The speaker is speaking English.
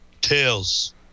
Tails